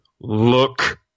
Look